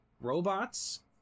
robots